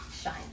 shine